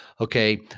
okay